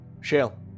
Shale